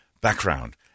background